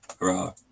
Hurrah